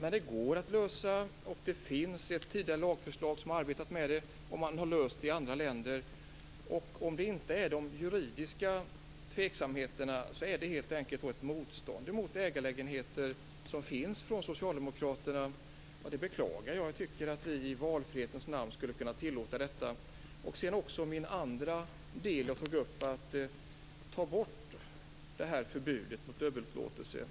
dessa problem går att lösa. Det finns sedan tidigare ett lagförslag om detta, och man har löst problemet i andra länder. Om det inte är de juridiska tveksamheterna det handlar om är det helt enkelt fråga om ett motstånd mot ägarlägenheter hos socialdemokraterna, och det beklagar jag. Jag tycker att vi i valfrihetens namn skulle kunna tillåta detta. Jag tog också upp förbudet mot dubbelupplåtelse. Ta bort det förbudet!